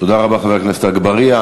תודה לחבר הכנסת אגבאריה.